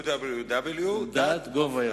www.dat.gov.il.